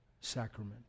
sacrament